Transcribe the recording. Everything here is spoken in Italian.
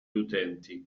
utenti